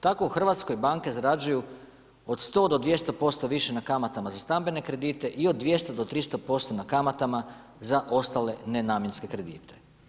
Tako u Hrvatskoj banke zarađuju od 100-200% više na kamatama za stambene kredite i od 200-300% na kamatama za ostale nenamjenske kredite.